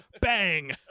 Bang